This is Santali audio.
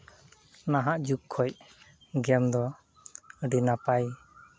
ᱱᱟᱦᱟᱜ ᱡᱩᱜᱽ ᱠᱷᱚᱡ ᱜᱮᱢ ᱫᱚ ᱟᱹᱰᱤ ᱱᱟᱯᱟᱭ